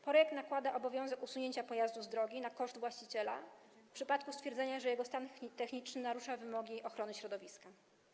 Projekt nakłada obowiązek usunięcia pojazdu z drogi na koszt właściciela w przypadku stwierdzenia, że stan techniczny pojazdu narusza wymogi w zakresie ochrony środowiska.